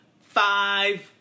five